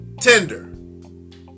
tender